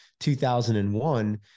2001